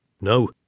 No